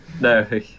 No